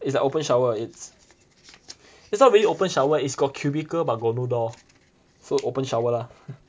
it's an open shower it's not really open shower is got cubicle but got no door so open shower lah